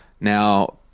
Now